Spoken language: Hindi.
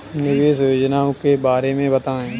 निवेश योजनाओं के बारे में बताएँ?